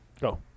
Go